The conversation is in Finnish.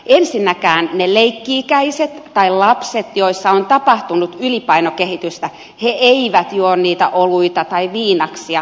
ensinnäkään ne leikki ikäiset tai lapset joissa on tapahtunut ylipainokehitystä eivät juo niitä oluita tai viinaksia